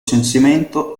censimento